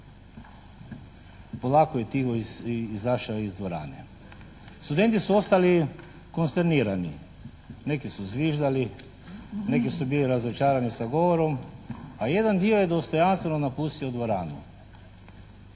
polako i tiho izašao iz dvorane. Studenti su ostali konsternirani, neki su zviždali, neki su bili razočarani sa govorom a jedan dio je dostojanstveno napustio dvoranu.